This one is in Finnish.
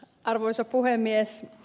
arvoisa puhemies